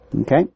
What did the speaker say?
Okay